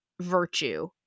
virtue